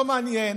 לא מעניין,